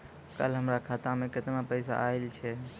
कल हमर खाता मैं केतना पैसा आइल छै?